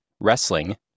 wrestling